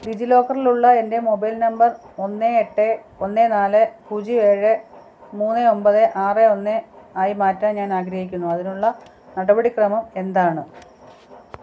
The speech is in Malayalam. ഡിജി ലോക്കറിലുള്ള എൻ്റെ മൊബൈൽ നമ്പർ ഒന്ന് എട്ട് ഒന്ന് നാല് പൂജ്യം ഏഴ് മൂന്ന് ഒമ്പത് ആറ് ഒന്ന് ആയി മാറ്റാൻ ഞാൻ ആഗ്രഹിക്കുന്നു അതിനുള്ള നടപടിക്രമം എന്താണ്